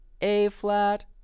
A-flat